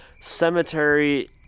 cemetery